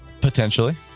Potentially